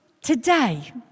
today